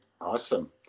Awesome